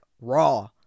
raw